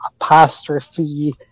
apostrophe